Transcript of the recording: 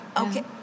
Okay